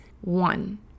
one